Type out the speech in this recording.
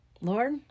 Lord